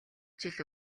жил